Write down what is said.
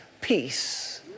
peace